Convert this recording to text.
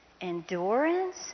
Endurance